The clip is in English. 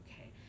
okay